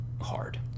hard